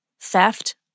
theft